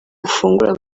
ufungura